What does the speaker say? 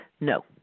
No